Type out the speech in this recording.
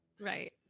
Right